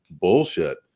bullshit